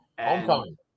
Homecoming